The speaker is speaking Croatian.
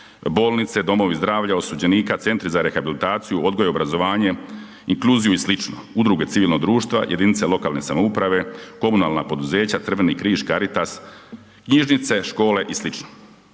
bolnice, domovi zdravlja osuđenika, centri za rehabilitaciju, odgoj i obrazovanje inkluziju i slično, udruge civilnog društava, jedinice lokalne samouprave, komunalna poduzeća, Crveni križ, Caritas, knjižnice škole i